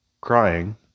crying